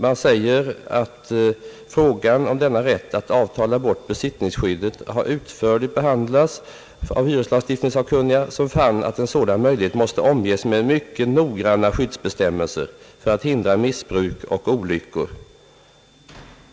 Det heter i den att frågan om denna rätt att avtala bort besittningsskyddet utförligt har behandlats av dessa sakkunniga, som fann att en sådan möjlighet »måste omges med mycket noggranna skyddsbestämmelser för att hindra missbruk och ”olyckor”».